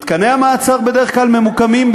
מתקני המעצר, בדרך כלל, ממוקמים,